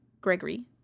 Gregory